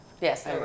Yes